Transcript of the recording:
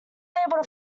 able